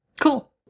Cool